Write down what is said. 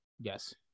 yes